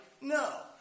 No